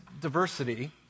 diversity